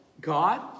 God